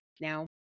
Now